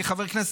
כחבר כנסת,